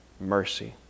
mercy